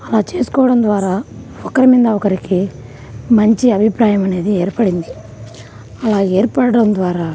అలా చేసుకోవడం ద్వారా ఒకరి మీద ఒకరికి మంచి అభిప్రాయం అనేది ఏర్పడింది అలా ఏర్పడటం ద్వారా